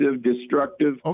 destructive